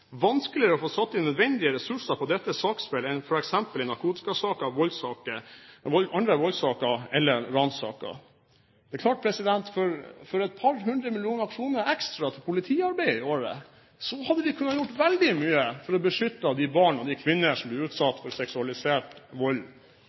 vanskeligere å få satt inn de nødvendige ressursene på dette saksfeltet enn f.eks. i narkotikasaker og i andre voldssaker eller ranssaker. Det er klart at med et par hundre millioner kroner ekstra til politiarbeid i året hadde vi kunnet gjøre veldig mye for å beskytte de barn og de kvinner som blir